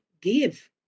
give